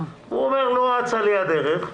הוא אומר: לא אצה לי הדרך.